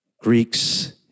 Greeks